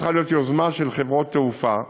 זו צריכה להיות יוזמה של חברות תעופה שמבקשות,